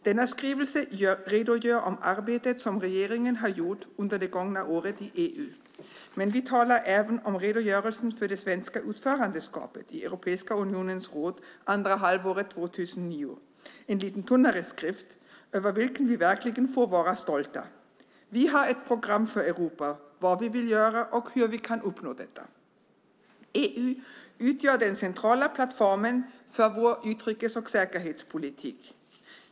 Denna skrivelse redogör för det arbete som regeringen under det gångna året har gjort i EU. Vi talar även om redogörelsen för det svenska ordförandeskapet i Europeiska unionens råd andra halvåret 2009. Det är en lite tunnare skrift som vi verkligen kan vara stolta över. Vi har ett program för Europa när det gäller vad vi vill göra och hur vi kan uppnå det. EU utgör den centrala plattformen för vår utrikes och säkerhetspolitik.